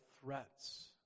threats